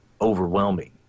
overwhelming